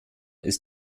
ist